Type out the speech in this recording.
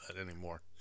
anymore